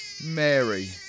Mary